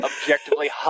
Objectively